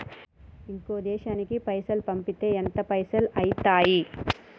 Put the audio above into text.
ఇంకో దేశానికి పైసల్ పంపితే ఎంత పైసలు అయితయి?